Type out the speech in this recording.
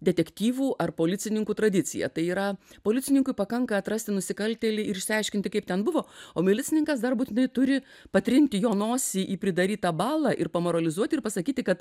detektyvų ar policininkų tradicija tai yra policininkui pakanka atrasti nusikaltėlį ir išsiaiškinti kaip ten buvo o milicininkas dar būtinai turi patrinti jo nosį į pridarytą balą ir pamoralizuoti ir pasakyti kad